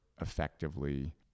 effectively